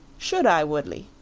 should i, woodley?